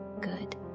good